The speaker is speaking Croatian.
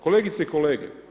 Kolegice i kolege.